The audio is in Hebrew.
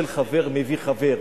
שחבר מביא חבר,